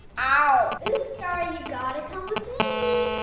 ah oops sorry, you gotta come with me.